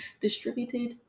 distributed